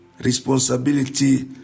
responsibility